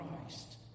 Christ